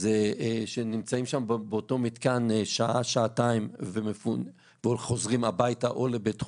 נמצאים שם באותו מתקן שעה-שעתיים וחוזרים הביתה או לבית חולים.